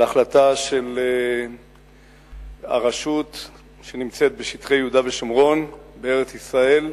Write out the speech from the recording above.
על החלטת הרשות שנמצאת בשטחי יהודה ושומרון בארץ-ישראל,